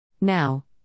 Now